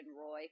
Roy